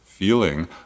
feeling